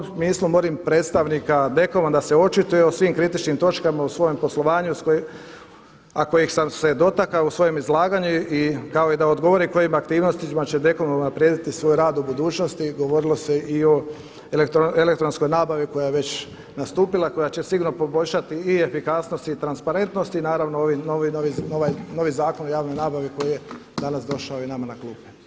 U tom smislu molim predstavnika DKOM-a da se očituje o svim kritičnim točkama o svojem poslovanju a kojih sam se dotaknuo u svojem izlaganju kao i da odgovori kojim aktivnostima će DKOM unaprijediti svoj rad u budućnosti, govorilo se i o elektronskoj nabavi koja je već nastupila koja će sigurno poboljšali efikasnost i transparentnost i naravno ovaj novi Zakon o javnoj nabavi koji je danas došao i nama na klupe.